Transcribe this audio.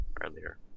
earlier